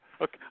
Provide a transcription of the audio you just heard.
okay